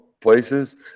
Places